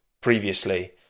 previously